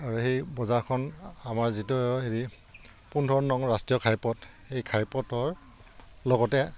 আৰু সেই বজাৰখন আমাৰ যিটো হেৰি পোন্ধৰ নং ৰাষ্ট্ৰীয় ঘাইপথ সেই ঘাইপথৰ লগতে